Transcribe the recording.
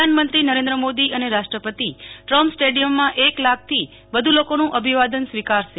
પ્રધાનમંત્રી નરેન્દ્ર મોદી અને રાષ્ટ્રપતિ ટ્રમ્પ સ્ટેડીયમમાં એક લાખથી વધુ લોકોનું અભિવાદન ઝીલશે